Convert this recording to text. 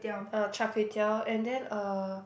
ah char kway teow and then uh